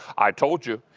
i told you.